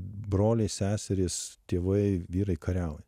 broliai seserys tėvai vyrai kariauja